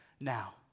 now